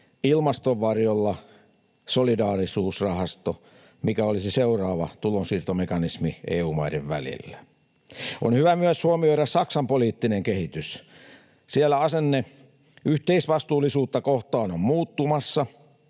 ilmaston varjolla solidaarisuusrahasto, mikä olisi seuraava tulonsiirtomekanismi EU-maiden välillä. On hyvä myös huomioida Saksan poliittinen kehitys. Siellä asenne yhteisvastuullisuutta kohtaan on muuttumassa.